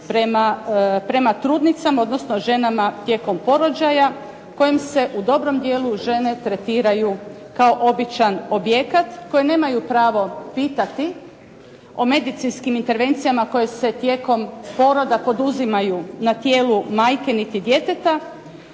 prema trudnicama odnosno ženama tijekom porođaja kojem se u dobrom dijelu žene tretiraju kao običan objekat koje nemaju pravo pitati o medicinskim intervencijama koje se tijekom poroda poduzimaju na tijelu majke niti djeteta